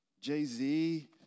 Jay-Z